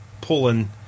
pulling